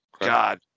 god